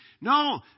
No